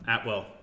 Atwell